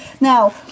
Now